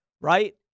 right